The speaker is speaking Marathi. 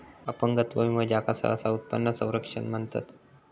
अपंगत्व विमो, ज्याका सहसा उत्पन्न संरक्षण म्हणतत